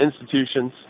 institutions